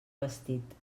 vestit